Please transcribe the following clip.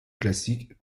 classiques